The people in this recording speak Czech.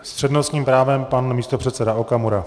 S přednostním právem pan místopředseda Okamura.